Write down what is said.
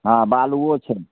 हँ बालुओ छै